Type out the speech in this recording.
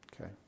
Okay